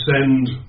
send